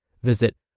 Visit